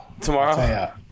tomorrow